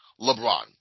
LeBron